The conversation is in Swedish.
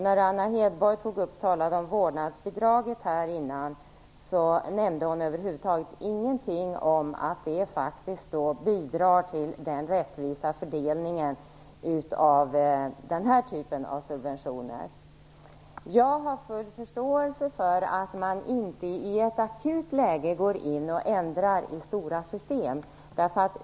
När Anna Hedborg talade om vårdnadsbidraget nämnde hon över huvud taget ingenting om att det faktiskt bidrar till en rättvis fördelning av denna typ av subventioner. Jag har full förståelse för att man inte i ett akut läge ändrar i stora system.